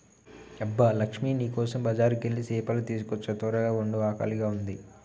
అబ్బ లక్ష్మీ నీ కోసం బజారుకెళ్ళి సేపలు తీసుకోచ్చా త్వరగ వండు ఆకలిగా ఉంది